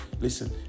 listen